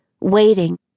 waiting